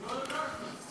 לא הרגשנו.